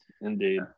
Indeed